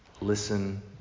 Listen